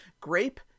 Grape